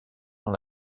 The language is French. dans